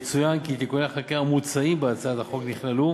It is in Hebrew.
יצוין כי תיקוני החקיקה המוצעים בהצעת החוק נכללו